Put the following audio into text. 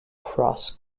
cross